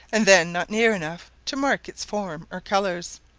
and then not near enough to mark its form or colours.